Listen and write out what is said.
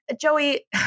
joey